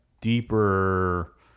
deeper